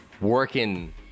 working